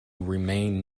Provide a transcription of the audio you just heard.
remain